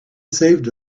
saved